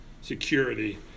security